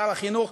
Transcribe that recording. שר החינוך,